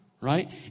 Right